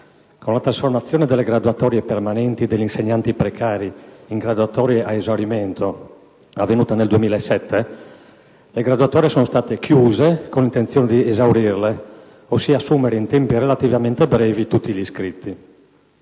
Con la trasformazione delle graduatorie permanenti degli insegnanti precari in graduatorie a esaurimento, avvenuta nel 2007, le graduatorie sono state chiuse con l'intenzione di esaurirle, ossia di assumere in tempi relativamente brevi tutti gli iscritti.